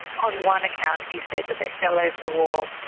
on one account he said that they fell over the wharf,